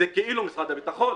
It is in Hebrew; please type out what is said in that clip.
זה כאילו משרד הביטחון.